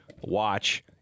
watch